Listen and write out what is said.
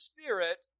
Spirit